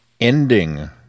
ending